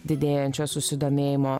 didėjančio susidomėjimo